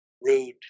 rude